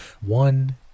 one